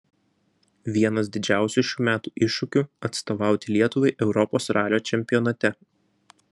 vienas didžiausių šių metų iššūkių atstovauti lietuvai europos ralio čempionate